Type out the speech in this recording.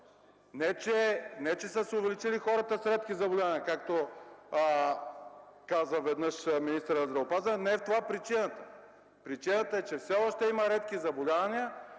не че са се увеличили хората с редки заболявания, както каза веднъж министърът на здравеопазването. Не е в това причината. Причината е, че все още има редки заболявания,